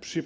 Przy